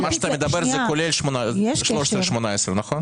מה שאתה מדבר זה כולל 13 18, נכון?